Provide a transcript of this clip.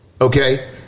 okay